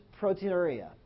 proteinuria